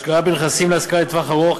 השקעה בנכסים להשכרה לטווח ארוך,